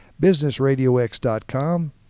BusinessRadioX.com